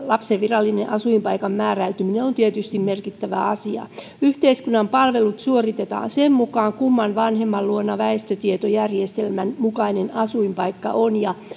lapsen virallisen asuinpaikan määräytyminen on tietysti merkittävä asia yhteiskunnan palvelut suoritetaan sen mukaan kumman vanhemman luona väestötietojärjestelmän mukainen asuinpaikka on